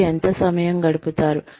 మీరు ఎంత సమయం గడుపుతారు